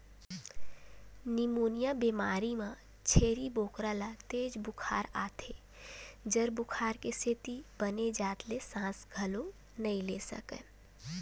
pneumonia बेमारी म छेरी बोकरा ल तेज जर बुखार आथे, जर बुखार के सेती बने जात ले सांस घलोक नइ ले सकय